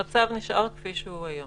לא, אדוני, המצב נשאר כפי שהוא היום.